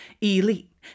Elite